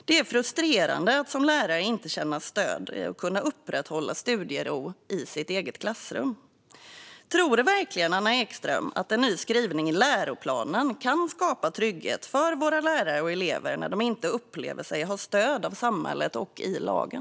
Det är frustrerande att som lärare inte känna stöd i att kunna upprätthålla studiero i sitt eget klassrum. Tror verkligen Anna Ekström att en ny skrivning i läroplanen kan skapa trygghet för våra lärare och elever när de inte upplever sig ha stöd av samhället och lagen?